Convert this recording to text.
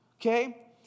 okay